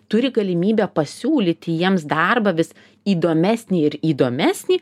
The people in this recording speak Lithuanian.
turi galimybę pasiūlyti jiems darbą vis įdomesnį ir įdomesnį